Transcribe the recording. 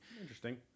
Interesting